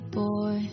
boy